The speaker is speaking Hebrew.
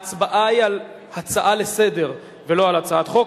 ההצבעה היא על הצעה לסדר-היום ולא על הצעת חוק,